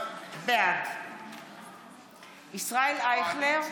בעד ישראל אייכלר,